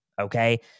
Okay